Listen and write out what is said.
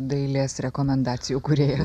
dailės rekomendacijų kūrėjas